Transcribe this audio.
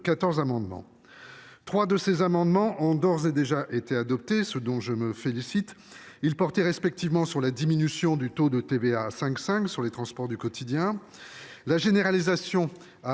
amendements. Trois de ces amendements ont d’ores et déjà été adoptés, ce dont je me félicite. Ils portaient respectivement sur la diminution du taux de TVA à 5,5 % sur les transports du quotidien ; sur la généralisation à